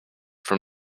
from